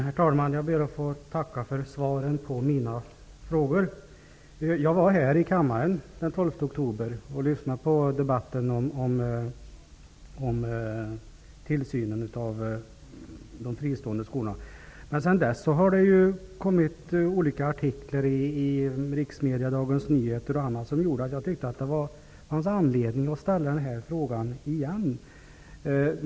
Herr talman! Jag ber att få tacka för svaren på mina frågor. Jag var här i kammaren den 12 oktober och lyssnade på debatten om tillsynen av de fristående skolorna, men sedan dess har det kommit olika artiklar i riksmedierna, bl.a. i Dagens Nyheter, och på grund av detta tyckte jag att det fanns anledning att ställa den här frågan igen.